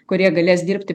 kurie galės dirbti